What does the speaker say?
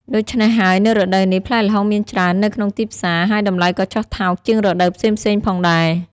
ដូច្នេះហើយ នៅរដូវនេះ ផ្លែល្ហុងមានច្រើននៅក្នុងទីផ្សារ ហើយតម្លៃក៏ចុះថោកជាងរដូវផ្សេងៗផងដែរ។